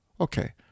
Okay